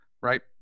Right